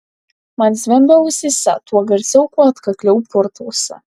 man zvimbia ausyse tuo garsiau kuo atkakliau purtausi